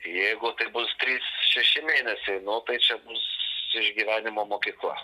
jeigu tai bus trys šeši mėnesiai nu tai čia bus išgyvenimo mokykla